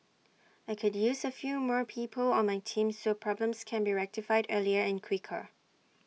I could use A few more people on my team so problems can be rectified earlier and quicker